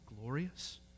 glorious